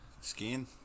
Skiing